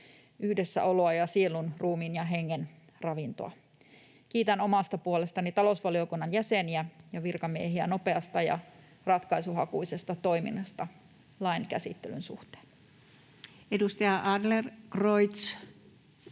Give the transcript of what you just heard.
yhdessäoloa ja sielun, ruumiin ja hengen ravintoa. Kiitän omasta puolestani talousvaliokunnan jäseniä ja virkamiehiä nopeasta ja ratkaisuhakuisesta toiminnasta lain käsittelyn suhteen. [Speech